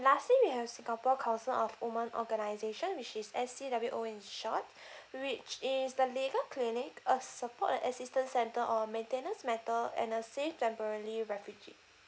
lastly we have singapore council of women organisation which is S_C_W_O in short which is the legal clinic a support and assistance center a maintenance matter and a safe temporary refugee